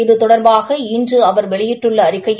இது தொடர்பாக இன்று வெளியிட்டுள்ள அறிக்கையில்